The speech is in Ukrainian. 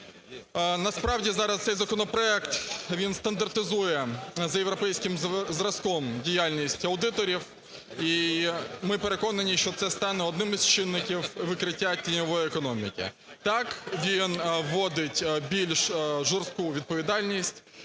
Насправді, зараз цей законопроект, він стандартизує за європейським зразком, діяльність аудиторів, і ми переконані, що це стане одним із чинників викриття тіньової економіки. Так, він вводить більш жорстку відповідальність,